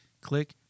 Click